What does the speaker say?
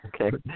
Okay